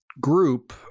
Group